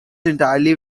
entirely